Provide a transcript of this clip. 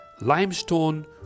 limestone